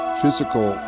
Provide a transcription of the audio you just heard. physical